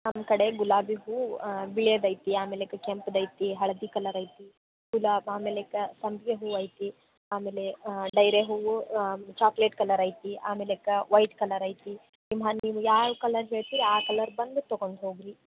ನಮ್ಮಕಡೆ ಗುಲಾಬಿ ಹೂವು ಬಿಳಿಯದೈತೆ ಆಮೇಲಕ್ಕೆ ಕೆಂಪುದೈತಿ ಹಳದಿ ಕಲರ್ ಐತಿ ಗುಲಾ ಆಮೇಲಕ್ಕೆ ಸಂಪಿಗೆ ಹೂ ಐತಿ ಆಮೇಲೆ ಡೈರೆ ಹೂವು ಚಾಕ್ಲೇಟ್ ಕಲರ್ ಐತಿ ಆಮೇಲಕ್ಕ ವೈಟ್ ಕಲರ್ ಐತಿ ನೀವು ಯಾವ ಕಲರ್ ಹೇಳ್ತಿರಿ ಆ ಕಲರ್ ಬಂದು ತೊಗೊಂಡು ಹೋಗಿರಿ